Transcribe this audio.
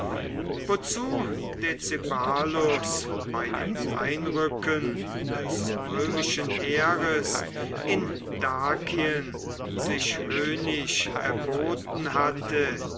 wozu decebalus bei dem einrücken des römischen heeres in dakien sich höhnisch erboten hatte